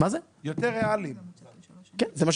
כן.